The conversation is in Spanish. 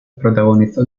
protagonizó